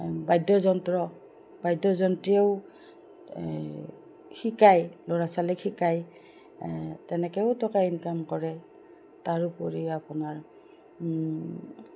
বাদ্যযন্ত্ৰ বাদ্যযন্ত্ৰীয়েও এই শিকায় ল'ৰা ছোৱালীক শিকায় তেনেকৈও টকা ইনকাম কৰে তাৰোপৰি আপোনাৰ